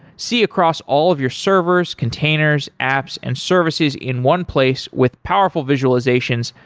see across all of your servers, containers, apps and services in one place with powerful visualizations,